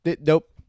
nope